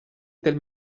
del